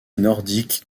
nordique